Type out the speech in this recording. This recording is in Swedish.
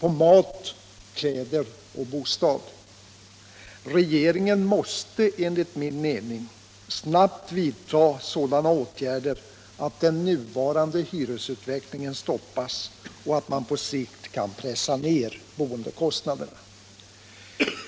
mat, kläder och bostad. Regeringen måste enligt min mening snabbt vidta sådana åtgärder att den nuvarande hyresutvecklingen stoppas och att man på sikt kan pressa ned boendekostnaderna.